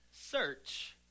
search